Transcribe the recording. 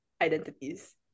identities